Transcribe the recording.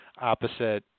opposite